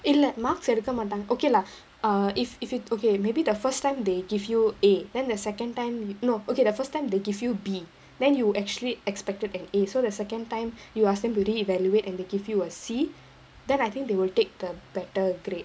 இல்ல:illa marks எடுகக மாட்டாங்க:edukka maattaanga okay lah err if if it okay maybe the first time they give you A then the second time no okay the first time they give you B then you actually expected an A so the second time you ask them to reevaluate and they give you a C then I think they will take the better grade